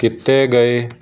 ਕੀਤੇ ਗਏ